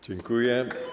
Dziękuję.